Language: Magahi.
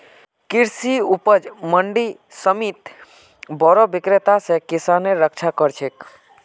कृषि उपज मंडी समिति बोरो विक्रेता स किसानेर रक्षा कर छेक